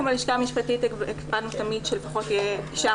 אנחנו בלשכה המשפטית הקפדנו תמיד שלפחות תהיה אישה